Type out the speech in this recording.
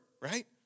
right